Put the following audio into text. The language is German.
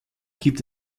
gibt